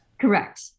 Correct